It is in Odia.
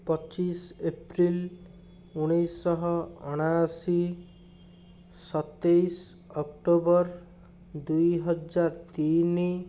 ପଚିଶ ଏପ୍ରିଲ୍ ଉଣେଇଶ ଶହ ଅଣାଅଶୀ ସତେଇଶ ଅକ୍ଟୋବର୍ ଦୁଇ ହଜାର ତିନି